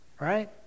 Right